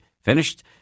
finished